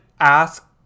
ask